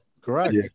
correct